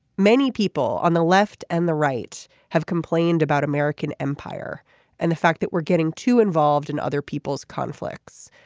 many people on the left and the right have complained about american empire and the fact that we're getting too involved in other people's conflicts.